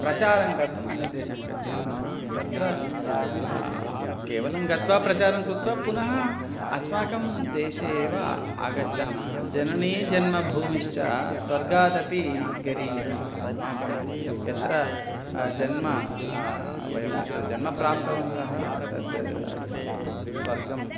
प्रचारं कर्तुम् अन्यदेशं गच्छामः तत्र केवलं गत्वा प्रचारं कृत्वा पुनः अस्माकं देशम् एव आगच्छामः जननी जन्मभूमिश्च स्वर्गादपि गरीयसी अस्माकं यत्र जन्म वयं यत्र जन्म प्राप्तवन्तः तद् अस्माकं स्वर्गः